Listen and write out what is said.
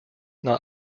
not